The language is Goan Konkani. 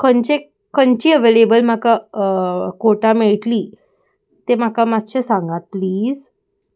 खंयचे खंयची अवेलेबल म्हाका कोटा मेळटली ते म्हाका मात्शें सांगात प्लीज